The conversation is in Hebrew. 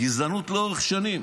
גזענות לאורך שנים,